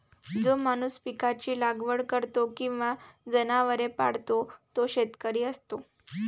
जो माणूस पिकांची लागवड करतो किंवा जनावरे पाळतो तो शेतकरी असतो